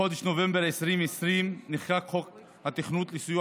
בחודש נובמבר 2020 נחקק חוק התוכנית לסיוע